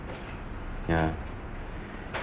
ya